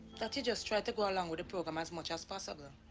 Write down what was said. that you just try to go along with the program as much as possible.